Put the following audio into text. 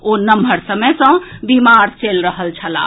ओ नम्हर समय सँ बीमार चलि रहल छलाह